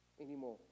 Anymore